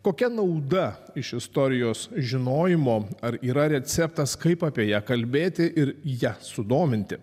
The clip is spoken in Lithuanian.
kokia nauda iš istorijos žinojimo ar yra receptas kaip apie ją kalbėti ir ja sudominti